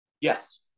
Yes